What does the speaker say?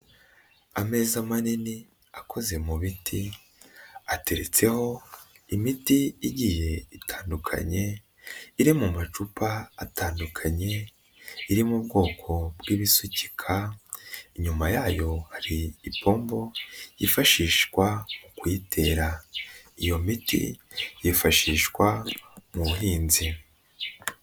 Ameza manini akoze mu biti ateretseho imiti igiye itandukanye iri mu macupa atandukanye iri mu bwoko bw'ibisukika, inyuma yayo hari ipombo yifashishwa mu kuyitera, iyo miti yifashishwa mu buhinzi.